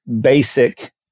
basic